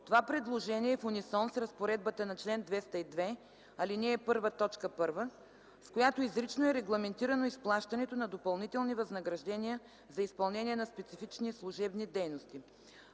Това предложение е в унисон с разпоредбата на чл. 202, ал. 1, т. 1, с която изрично е регламентирано изплащането на допълнителни възнаграждения за изпълнение на специфични служебни дейности.